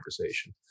conversation